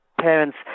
parents